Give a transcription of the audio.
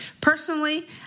Personally